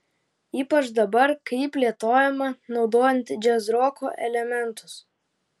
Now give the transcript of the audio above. ypač dabar kai ji plėtojama naudojant džiazroko elementus